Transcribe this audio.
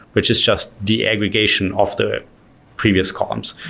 which is just the aggregation of the previous columns.